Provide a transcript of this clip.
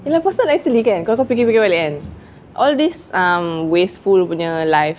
ye pasal kan actually kalau kau fikir fikir balik kan all this um wasteful punya life